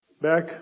back